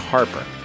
Harper